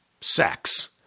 sex